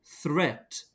threat